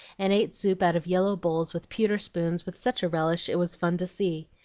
and ate soup out of yellow bowls with pewter spoons with such a relish it was fun to see.